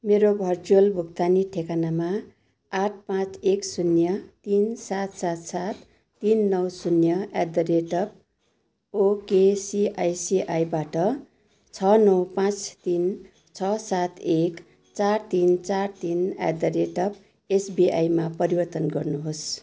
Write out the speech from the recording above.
मेरो भर्चुअल भुक्तानी ठेगानामा आठ पाँच एक शून्य तिन सात सात सात तिन नौ शून्य एट द रेट ओकेसिआइसिआइबाट छ नौ पाँच तिन छ सात एक चार तिन चार तिन एट द रेट एसबिआइमा परिवर्तन गर्नुहोस्